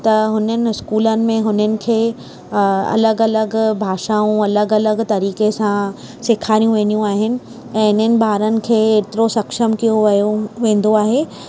त हुननि स्कूलनि में हुननि खे अं अलॻि अलॻि भाषाऊं अलॻि अलॻि तरीक़े सां सेखारियूं वेंदियूं आहिनि ऐं इननि ॿारनि खे एतिरो सक्षम कयो वियो वेंदो आहे